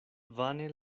vane